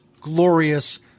glorious